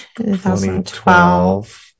2012